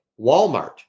Walmart